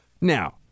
now